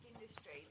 industry